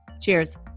Cheers